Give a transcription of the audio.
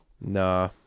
Nah